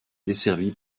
desservie